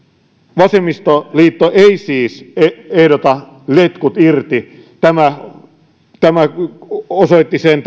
vasemmistoliitto ei siis ehdota että letkut irti tämä tämä elon puhe osoitti sen